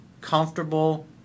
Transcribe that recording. comfortable